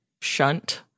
shunt